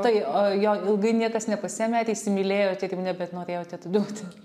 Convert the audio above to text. tai o jo ilgai niekas nepasiėmė ar įsimylėjot ir jau nebenorėjot atiduoti